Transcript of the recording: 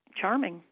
charming